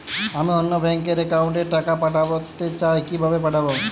আমি অন্য ব্যাংক র অ্যাকাউন্ট এ টাকা পাঠাতে চাই কিভাবে পাঠাবো?